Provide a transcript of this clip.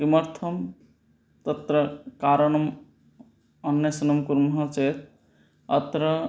किमर्थं तत्र कारणम् अन्वेषणं कुर्मः चेत् अत्र